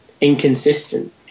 inconsistent